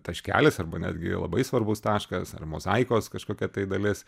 taškelis arba netgi labai svarbus taškas ar mozaikos kažkokia tai dalis